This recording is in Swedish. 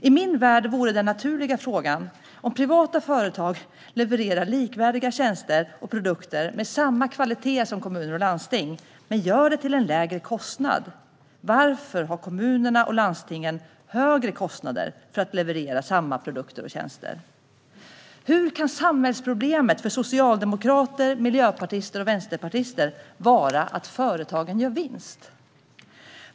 I min värld vore den naturliga frågan: Om privata företag levererar likvärdiga tjänster och produkter med samma kvalitet som kommuner och landsting, men gör det till en lägre kostnad, varför har då kommunerna och landstingen högre kostnader för att leverera samma produkter och tjänster? Hur kan samhällsproblemet för socialdemokrater, miljöpartister och vänsterpartister vara att företagen gör vinst?